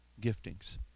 giftings